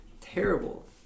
Terrible